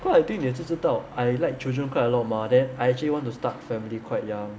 because I think 你也是知道 I like children quite a lot mah then I actually want to start a family quite young